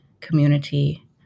community